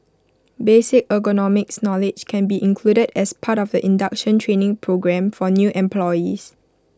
basic ergonomics knowledge can be included as part of the induction training programme for new employees